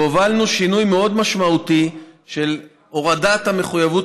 הובלנו שינוי מאוד משמעותי של הורדת המחויבות